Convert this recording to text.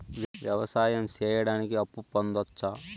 వ్యవసాయం సేయడానికి అప్పు పొందొచ్చా?